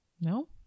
No